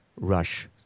rush